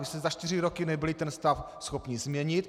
Vy jste za čtyři roky nebyli ten stav schopni změnit.